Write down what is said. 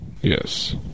Yes